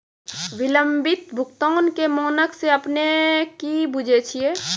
विलंबित भुगतान के मानक से अपने कि बुझै छिए?